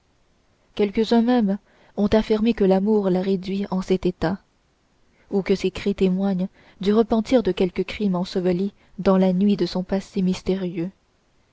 quelques-uns même ont affirmé que l'amour l'a réduit en cet état ou que ces cris témoignent du repentir de quelque crime enseveli dans la nuit de son passé mystérieux